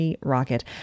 Rocket